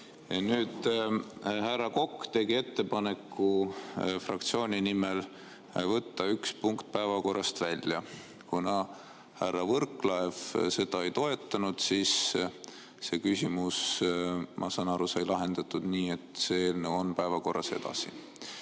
Nüüd, härra Kokk tegi fraktsiooni nimel ettepaneku võtta üks punkt päevakorrast välja. Kuna härra Võrklaev seda ei toetanud, siis see küsimus, ma saan aru, sai lahendatud nii, et see eelnõu on päevakorras edasi.